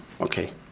Okay